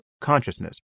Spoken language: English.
consciousness